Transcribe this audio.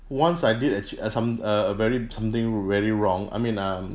once I did actua~ uh some uh a very something really wrong I mean um